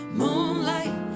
moonlight